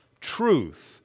truth